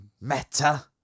meta